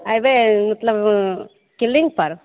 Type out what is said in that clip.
अयबै मतलब क्लिनिकपर